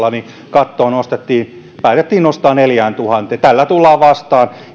kattoa päätettiin nostaa neljääntuhanteen tällä tullaan vastaan